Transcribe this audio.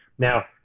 Now